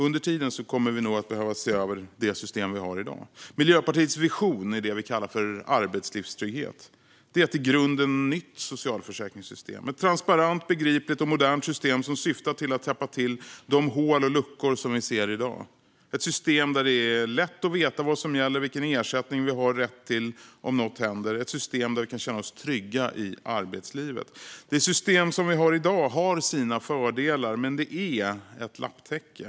Under tiden behöver vi se över det system som finns i dag. Miljöpartiets vision är det vi kallar arbetslivstrygghet. Det är ett i grunden nytt socialförsäkringssystem. Det ska vara ett transparent, begripligt och modernt system som syftar till att täppa till de hål och luckor som vi ser i dag. Det ska vara ett system där det är lätt att veta vad som gäller, vilken ersättning vi har rätt till om något händer - ett system där vi kan känna oss trygga i arbetslivet. Det system som finns i dag har sina fördelar, men det är ett lapptäcke.